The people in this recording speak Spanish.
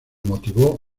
motivó